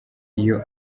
iyo